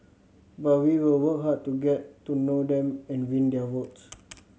but we will work hard to get to know them and win their votes